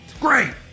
Great